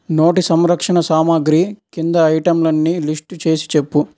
నోటి సంరక్షణ సామాగ్రి కింద ఐటమ్లన్నీ లిస్టు చేసి చెప్పు